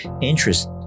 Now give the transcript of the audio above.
interest